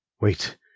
Wait